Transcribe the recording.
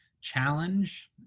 challenge